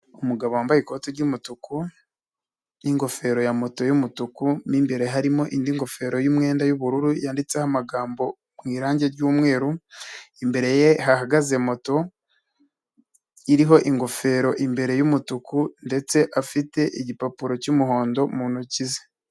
Umugabo wambaye ikoti ry'umutuku n'ingofero ya moto y'umutuku n'imbere harimo indi ngofero y'umwenda y'ubururu yanditseho amagambo mu irangi ry'umweru, imbere ye hahagaze moto iriho ingofero imbere y'umutuku, ndetse afite igipapuro cy'umuhondo mu ntoki ze.